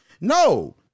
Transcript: No